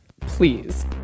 Please